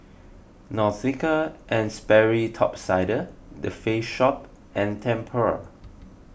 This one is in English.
Nautica and Sperry Top Sider the Face Shop and Tempur